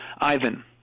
Ivan